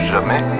Jamais